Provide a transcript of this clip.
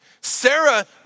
Sarah